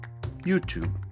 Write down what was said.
YouTube